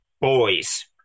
boys